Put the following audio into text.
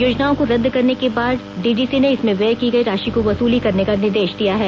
योजनाओं को रद्द करने के बाद डीडीसी ने इसमें व्यय की गई राशि की वसूली करने का निर्देश दिया है